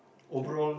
true